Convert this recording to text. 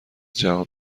جواب